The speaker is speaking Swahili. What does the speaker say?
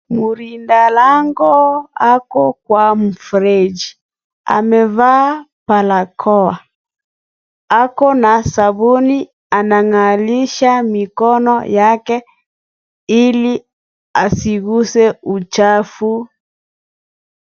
Mlinda lango ako kwa mfereji, amevaa barakoa, ako na sabuni anangarisha mikono wake ili asiguze uchafu.